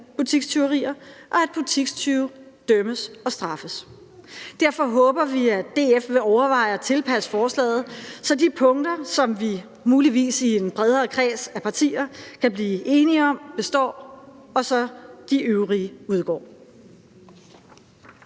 butikstyverier; og at butikstyve dømmes og straffes. Derfor håber vi, at DF vil overveje at tilpasse forslaget, så de punkter, som vi muligvis i en bredere kreds af partier kan blive enige om, består, og de øvrige udgår.